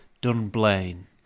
Dunblane